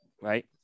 Right